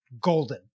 golden